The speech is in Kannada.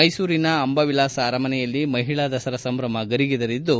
ಮೈಸೂರಿನ ಅಂಬಾವಿಲಾಸ ಅರಮನೆಯಲ್ಲಿ ಮಹಿಳಾ ದಸರಾ ಸಂಭ್ರಮ ಗರಿಗೆದರಿದ್ದು